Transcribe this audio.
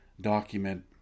document